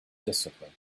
discipline